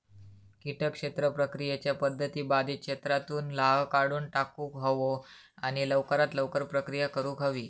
किटक क्षेत्र प्रक्रियेच्या पध्दती बाधित क्षेत्रातुन लाह काढुन टाकुक हवो आणि लवकरात लवकर प्रक्रिया करुक हवी